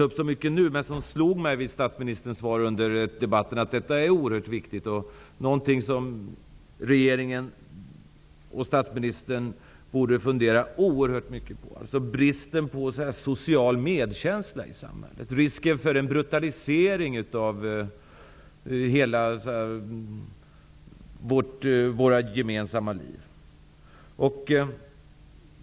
Det slog mig då jag hörde statsministerns svar här i debatten att detta är oerhört viktigt. Jag skall inte ta upp bristen på social medkänsla i samhället och risken för en brutalisering av våra gemensamma liv mer nu, men det är någonting som regeringen och statsministern borde fundera oerhört mycket på.